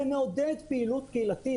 זה מעודד פעילות קהילתית,